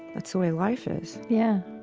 that's the way life is yeah,